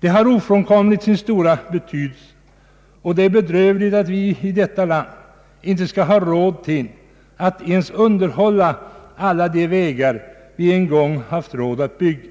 Det har ofrånkomligt sin stora betydelse och det är bedrövligt att vi i detta land inte skall ha råd att ens under hålla alla de vägar vi en gång haft råd att bygga.